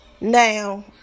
Now